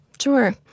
Sure